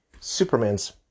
Superman's